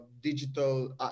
digital